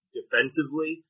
defensively